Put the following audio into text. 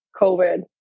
covid